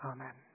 Amen